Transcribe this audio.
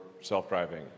self-driving